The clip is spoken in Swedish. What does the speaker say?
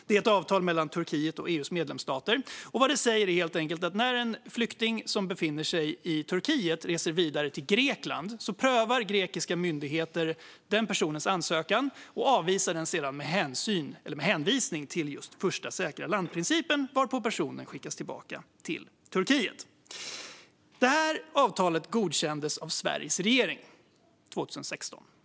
Det är ett avtal mellan Turkiet och EU:s medlemsstater. Vad det säger är helt enkelt att när en flykting som befinner sig i Turkiet reser vidare till Grekland prövar grekiska myndigheter personens ansökan och avslår den sedan med hänvisning till just första säkra land-principen, varpå personen skickas tillbaka till Turkiet. Detta avtal godkändes av Sveriges regering 2016.